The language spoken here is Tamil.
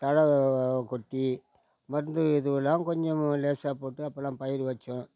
தழ கொட்டி மருந்து இதுவெல்லாம் கொஞ்சம் லேசாக போட்டு அப்போலாம் பயிர் வைச்சோம்